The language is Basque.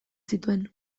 zituen